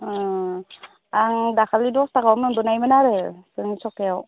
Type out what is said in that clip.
अ आं दाखालि दस थाखायावनो मोनबोनायमोन आरो मुथासेयाव